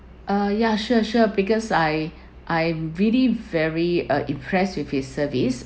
ah ya sure sure because I I'm really very uh impressed with his service